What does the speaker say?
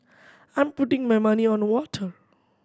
I'm putting my money on the water